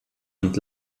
und